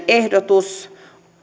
ehdotus